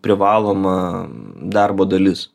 privaloma darbo dalis